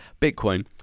Bitcoin